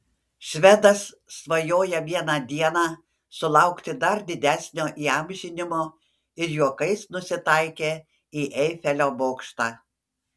švedas svajoja vieną dieną sulaukti dar didesnio įamžinimo ir juokais nusitaikė į eifelio bokštą